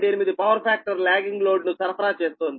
8 power factor lagging load ను సరఫరా చేస్తోంది